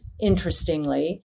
interestingly